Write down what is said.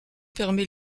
permet